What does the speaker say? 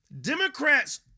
Democrats